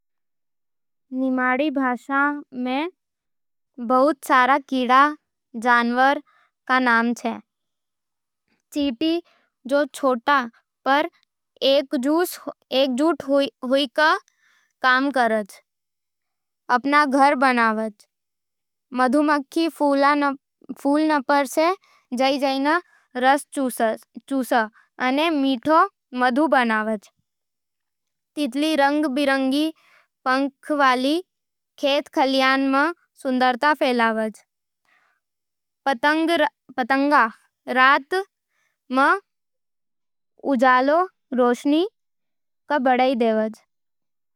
निमाड़ी भाषा में बहुत सारे कीड़ा जनावरां के नाम छे। चींटी, जो छोट पर एकजुट होके काम करवे, अपना घर बनावे। मधुमक्खी फूलां पर जा के रस चूसे अने मीठो मधु बनाव। तितली, रंग-बिरंगी पंखां वाली, खेत-खलियान में सुंदरता फैलावे। पतंगा रात में उजली रोशनी में उड़ता होवे अने हवा में हलचल मचावे।